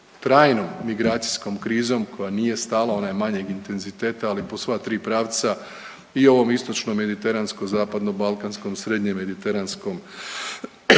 trajnom migracijskom krizom koja nije stala. Ona je manjeg intenziteta, ali po sva tri pravca i ovom istočnom, mediteranskom, zapadnom, balkanskom, srednje mediteranskom i